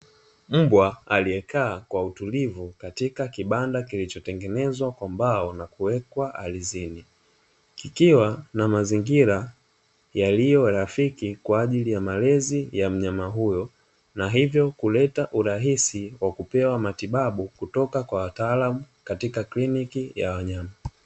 Mbwa aliyekaa kwa utulivu katika kibanda kilicho tengenezwa kwa mbao na kuwekwa ardhini, kikiwa na mazingira yaliyo rafiki kwa ajili ya malezi ya mnyama huyo, na hivyo kuleta urahisi wa kupewa matibabu kutoka kwa wataalamu katika kliniki ya wanyama.